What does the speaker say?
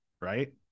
right